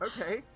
okay